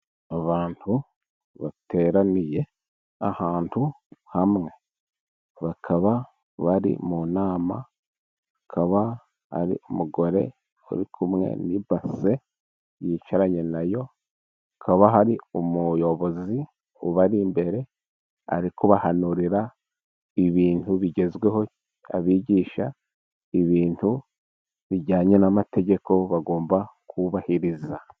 Abantu bateraniye ahantu hamwe. Bakaba bari mu nama, akaba ari umugore uri kumwe n'ibase yicaranye nayo, hakaba hari umuyobozi ubari imbere ari kubahanurira ibintu bigezweho, abigisha ibintu bijyanye n'amategeko bagomba kubahiriza.